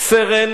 סרן